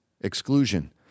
exclusion